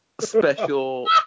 special